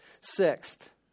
Sixth